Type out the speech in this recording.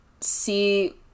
see